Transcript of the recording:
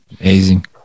Amazing